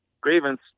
grievance